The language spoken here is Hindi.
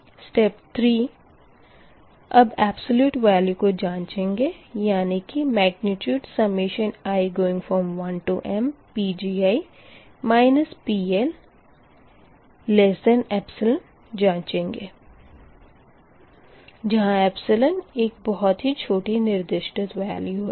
स्टेप 3 अब एबसोल्यूट वेल्यू को जाँचेंगे यानी कि i1mPgi PLϵ जाँचेंगे जहाँ एक बहुत ही छोटी निर्दिष्टित वेल्यू है